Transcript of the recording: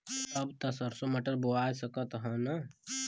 अब त सरसो मटर बोआय सकत ह न?